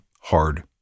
hard